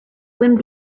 wind